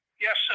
Yes